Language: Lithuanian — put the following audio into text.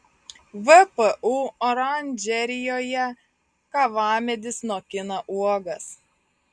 vpu oranžerijoje kavamedis nokina uogas